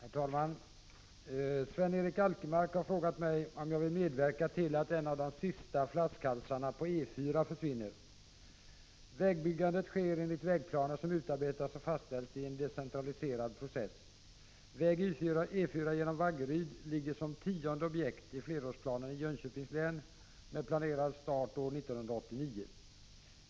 Herr talman! Sven-Erik Alkemark har frågat mig om jag vill medverka till att en av de sista flaskhalsarna på E 4 försvinner. Vägbyggandet sker enligt vägplaner som utarbetas och fastställts i en decentraliserad process. Väg E 4 genom Vaggeryd ligger som tionde objekt i flerårsplanen i Jönköpings län med planerad start år 1989.